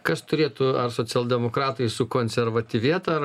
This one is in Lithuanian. kas turėtų ar socialdemokratai su konservatyvėt ar